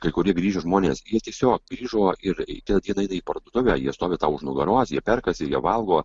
kai kurie grįžę žmonės jie tiesiog grįžo ir kitą dieną eina į parduotuvę jie stovi tau už nugaros jie perkasi jie valgo